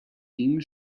team